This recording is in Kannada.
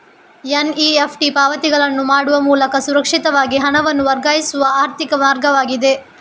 ಎನ್.ಇ.ಎಫ್.ಟಿ ಪಾವತಿಗಳನ್ನು ಮಾಡುವ ಮೂಲಕ ಸುರಕ್ಷಿತವಾಗಿ ಹಣವನ್ನು ವರ್ಗಾಯಿಸುವ ಆರ್ಥಿಕ ಮಾರ್ಗವಾಗಿದೆ